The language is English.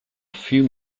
few